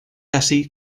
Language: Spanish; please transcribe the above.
así